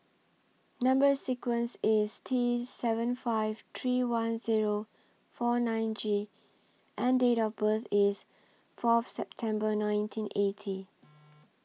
Number sequence IS T seven five three one Zero four nine G and Date of birth IS forth September nineteen eighty